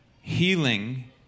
Healing